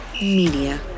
Media